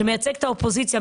שמייצגת את האופוזיציה,